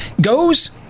goes